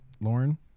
Lauren